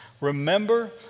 Remember